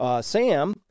Sam